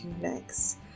next